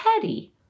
Teddy